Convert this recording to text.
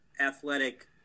athletic